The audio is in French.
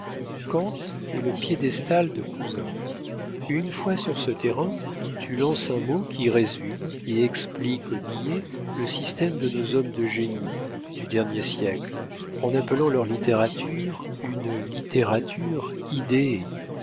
est le piédestal de cousin une fois sur ce terrain tu lances un mot qui résume et explique aux niais le système de nos hommes de génie du dernier siècle en appelant leur littérature une littérature